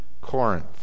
Corinth